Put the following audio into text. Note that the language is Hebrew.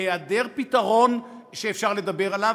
בהיעדר פתרון שאפשר לדבר עליו,